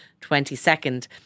22nd